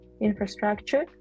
infrastructure